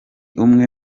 umwe